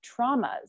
traumas